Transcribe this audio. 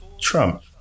Trump